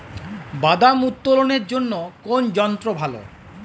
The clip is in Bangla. বাদাম উত্তোলনের জন্য কোন যন্ত্র ভালো?